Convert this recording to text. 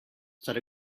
said